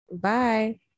bye